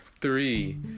three